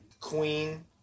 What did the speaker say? Queen